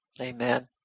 Amen